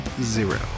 zero